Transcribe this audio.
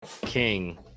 king